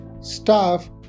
staff